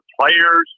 players